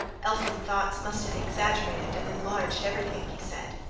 elfin thoughts must have exaggerated and enlarged everything, he said.